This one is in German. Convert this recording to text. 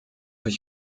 ich